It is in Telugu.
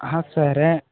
అహా సరే